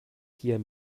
hier